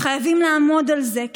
חייבים לעמוד על זה,